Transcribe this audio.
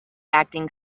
acting